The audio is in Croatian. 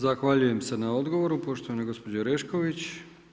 Zahvaljujem se na odgovoru poštovanoj gospođi Orešković.